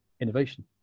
innovation